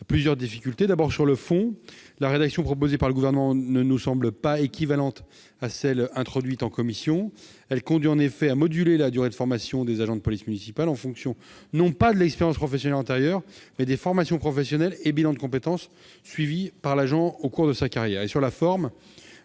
publique territoriale. Sur le fond, la rédaction proposée par le Gouvernement ne nous semble pas équivalente à celle que nous avons introduite en commission. Elle conduit en effet à moduler la durée de formation des agents de police municipale en fonction non pas de l'expérience professionnelle antérieure, mais des formations professionnelles et des bilans de compétences effectués par l'agent au cours de sa carrière.